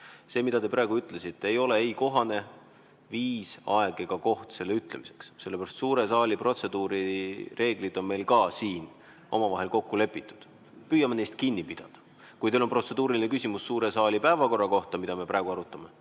See, mida te praegu ütlesite, ei ole ei kohane viis, aeg ega koht selle ütlemiseks. Suure saali protseduurireeglid on meil ka siin omavahel kokku lepitud. Püüame neist kinni pidada. Kui teil on protseduuriline küsimus suure saali päevakorra kohta, mida me praegu arutame,